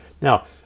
Now